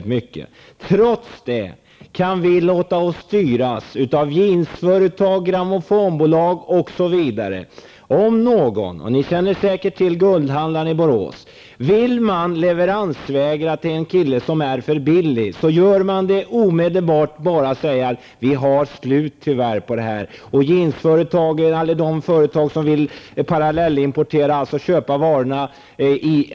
Trots det kan vi låta oss styras av jeansföretag, grammofonbolag osv. Ni känner säkert till guldhandlaren i Borås. Om någon vill leveransvägra till en annan företagare som sätter för låga priser, kan det göras omedelbart. Det är bara att säga att varan är slut.